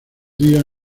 días